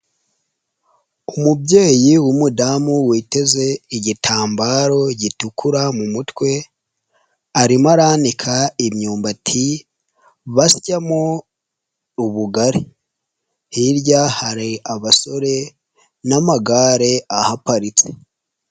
Umubyeyi w'umudamu witeze igitambaro gitukura mu mutwe arimo aranika imyumbati basyamo ubugari, hirya hari abasore n'amagare ahaparitse.